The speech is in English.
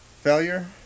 Failure